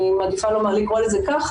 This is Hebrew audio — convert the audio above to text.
אני מעדיפה לקרוא לזה כך